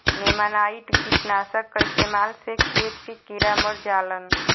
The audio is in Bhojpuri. नेमानाइट कीटनाशक क इस्तेमाल से खेत के कीड़ा मर जालन